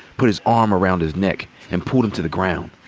put his arm around his neck, and pulled him to the ground.